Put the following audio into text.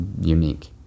unique